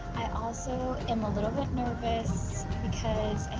i also am a little bit nervous because